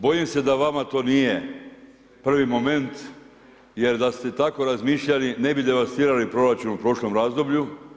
Bojim se da vama to nije prvi moment, jer da ste tako razmišljali, ne bi devastirali proračun u prošlom razdoblju.